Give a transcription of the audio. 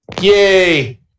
Yay